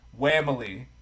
whamily